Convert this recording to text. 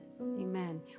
amen